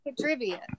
trivia